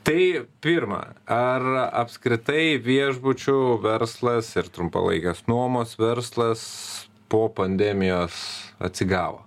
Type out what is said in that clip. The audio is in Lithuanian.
tai pirma ar apskritai viešbučių verslas ir trumpalaikės nuomos verslas po pandemijos atsigavo